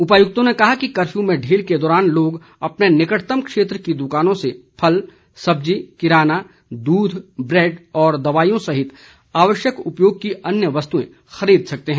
उपायुक्तों ने कहा कि कफ्यू में ढील के दौरान लोग अपने निकटतम क्षेत्र की दुकानों से फल सब्जी किराना दूध ब्रैड और दवाईयों सहित आवश्यक उपयोग की अन्य वस्तुएं खरीद सकते हैं